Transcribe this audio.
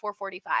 445